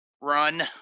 run